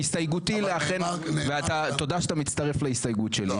הסתייגותי לאכן ותודה שאתה מצטרף להסתייגות שלי.